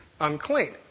unclean